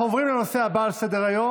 אנחנו עוברים לנושא הבא על סדר-היום,